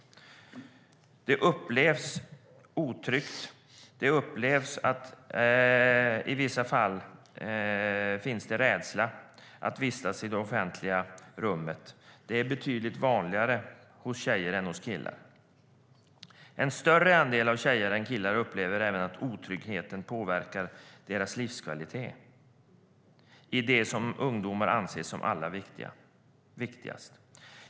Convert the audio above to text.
Att uppleva otrygghet och i vissa fall rädsla för att vistas i det offentliga rummet är betydligt vanligare hos tjejer än hos killar. En större andel tjejer än killar upplever även att otryggheten påverkar deras livskvalitet i de delar som ungdomar upplever som allra viktigast.